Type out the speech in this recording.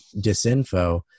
disinfo